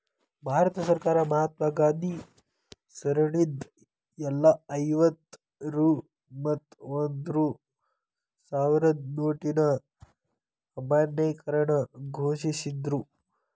ಭಾರತ ಸರ್ಕಾರ ಮಹಾತ್ಮಾ ಗಾಂಧಿ ಸರಣಿದ್ ಎಲ್ಲಾ ಐವತ್ತ ರೂ ಮತ್ತ ಒಂದ್ ರೂ ಸಾವ್ರದ್ ನೋಟಿನ್ ಅಮಾನ್ಯೇಕರಣ ಘೋಷಿಸಿದ್ರು